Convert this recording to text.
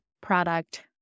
product